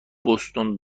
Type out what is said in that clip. بوستون